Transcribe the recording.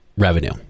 revenue